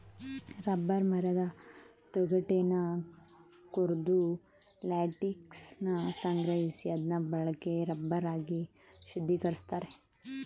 rubber ಮರದ ತೊಗಟೆನ ಕೊರ್ದು ಲ್ಯಾಟೆಕ್ಸನ ಸಂಗ್ರಹಿಸಿ ಅದ್ನ ಬಳಕೆಯ ರಬ್ಬರ್ ಆಗಿ ಶುದ್ಧೀಕರಿಸ್ತಾರೆ